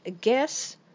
Guess